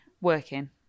working